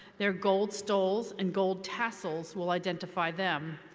their gold stoles and gold tassels will identify them.